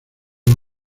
los